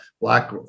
black